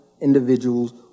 individuals